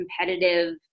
competitive